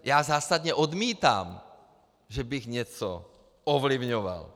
Já zásadně odmítám, že bych něco ovlivňoval.